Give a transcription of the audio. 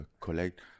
collect